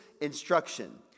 instruction